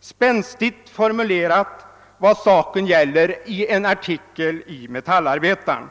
spänstigt formulerat vad saken gäller i en artikel i Metallarbetaren.